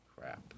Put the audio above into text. Crap